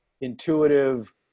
intuitive